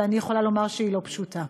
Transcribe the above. ואני יכולה לומר שהיא לא פשוטה,